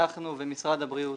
אנחנו ומשרד הבריאות